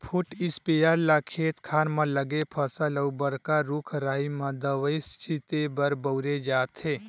foot sprayer ल खेत खार म लगे फसल अउ बड़का रूख राई म दवई छिते बर बउरे जाथे